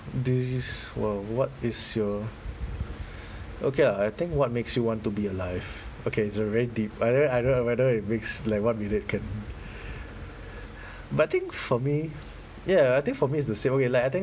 these were what is your okay lah I think what makes you want to be alive okay it's a very deep I don't I don't know whether it makes like what we did can but I think for me ya ya I think for me it's the same okay like I think